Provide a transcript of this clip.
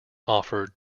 offered